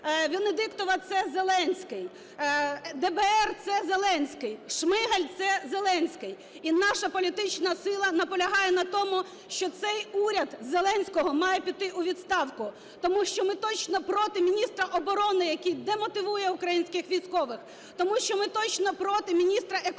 Венедиктова – це Зеленський. ДБР – це Зеленський. Шмигаль – це Зеленський. І наша політична сила наполягає на тому, що цей уряд Зеленського має піти у відставку, тому що ми точно проти міністра оборони, який демотивує українських військових. Тому що ми точно проти міністра економіки